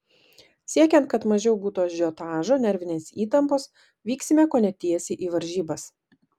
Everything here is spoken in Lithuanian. siekiant kad mažiau būtų ažiotažo nervinės įtampos vyksime kone tiesiai į varžybas